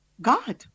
God